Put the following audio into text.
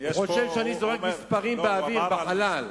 הוא חושב שאני זורק מספרים באוויר, בחלל.